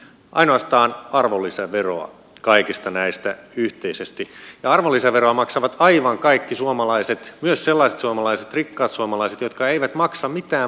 ainoastaan arvonlisäveroa kaikista näistä yhteisesti ja arvonlisäveroa maksavat aivan kaikki suomalaiset myös sellaiset suomalaiset rikkaat suomalaiset jotka eivät maksa mitään muuta veroa